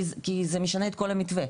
כי זה משנה את כל המתווה.